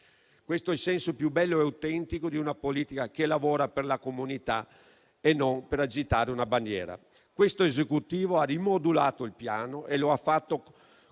questo è il senso più bello e autentico di una politica che lavora per la comunità e non per agitare una bandiera. Questo Esecutivo ha rimodulato il piano e lo ha fatto conseguendo